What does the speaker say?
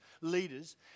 leaders